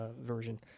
version